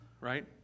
right